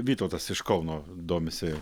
vytautas iš kauno domisi